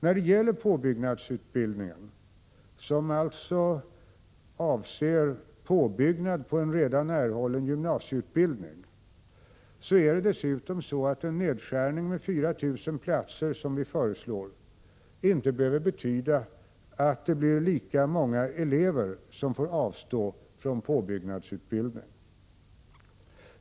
När det gäller påbyggnadsutbildningen, som alltså avser påbyggnad på en redan erhållen gymnasieutbildning, behöver dessutom inte en nedskärning med 4 000 platser, som vi föreslår, betyda att lika många elever får avstå från påbyggnadsutbildning.